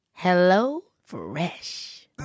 HelloFresh